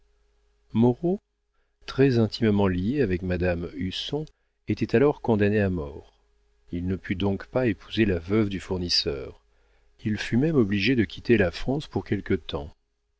moreau très intimement lié avec madame husson était alors condamné à mort il ne put donc pas épouser la veuve du fournisseur il fut même obligé de quitter la france pour quelque temps